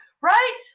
right